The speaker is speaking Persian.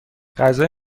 غذای